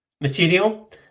material